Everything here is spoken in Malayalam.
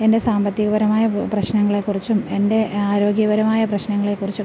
എൻ്റെ സാമ്പത്തികപരമായ പ്രശ്നങ്ങളെക്കുറിച്ചും എൻ്റെ ആരോഗ്യപരമായ പ്രശ്നങ്ങളെക്കുറിച്ചും